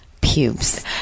pubes